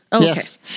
yes